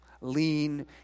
Lean